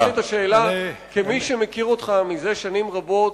אני שואל את השאלה כמי שמכיר אותך זה שנים רבות,